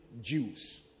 jews